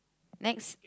next